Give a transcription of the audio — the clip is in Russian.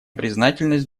признательность